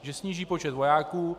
Že sníží počet vojáků.